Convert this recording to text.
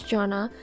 Jonah